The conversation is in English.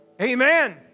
Amen